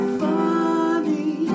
funny